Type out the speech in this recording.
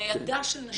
להעדה של נשים בזנות.